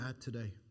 today